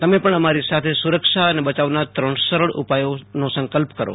તમે પણ અમારી સામે સૂર ક્ષા તથા બચાવના ત્રણ સરળ ઉપયોનો સંકલ્પ કરો